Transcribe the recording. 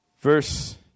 Verse